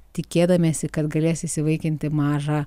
tikėdamiesi kad galės įsivaikinti mažą